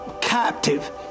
captive